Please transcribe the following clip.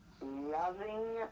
loving